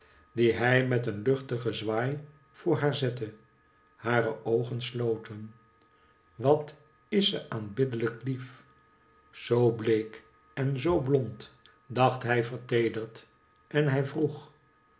dien hij met een luchtigen zwaai voor haar zette hare oogen sloten wat is ze aanbiddelijk lief zoo bleek en zoo blond dacht hij verteederd en hij vroeg